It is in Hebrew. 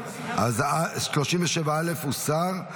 37 א' הוסרה.